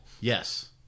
Yes